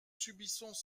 subissons